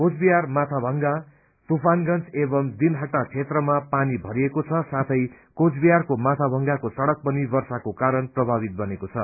कोचबिहार माथाभंगा तूफानगंज एवम् दिनहाटा क्षेत्रमा पानी भरिएको छ साथै कोचबिहारको माथाभंगा सड़क पनि वर्षाको कारण प्रभावित बनेको छ